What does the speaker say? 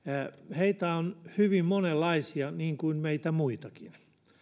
heitä on hyvin monenlaisia niin kuin meitä muitakin